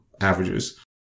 averages